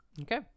Okay